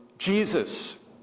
Jesus